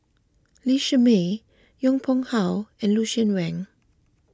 Lee Shermay Yong Pung How and Lucien Wang